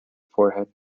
forehead